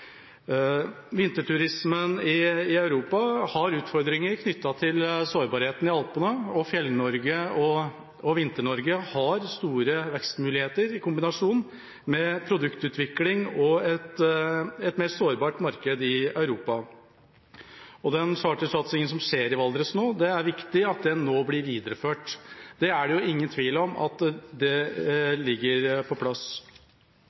Vinterturismen i Europa har utfordringer knyttet til sårbarheten i Alpene, og Fjell-Norge og Vinter-Norge har store vekstmuligheter i kombinasjon med produktutvikling og et mer sårbart marked i Europa. Det er viktig at den chartersatsingen som skjer i Valdres nå, blir videreført. Det er ingen tvil om at det ligger på plass. Det er